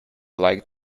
like